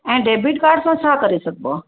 ऐं debit card सां छा करे सघिबो आहे